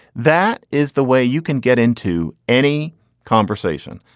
that is the way you can get into any conversation.